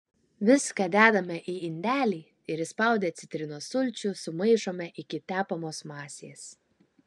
viską dedame į indelį ir įspaudę citrinos sulčių sumaišome iki tepamos masės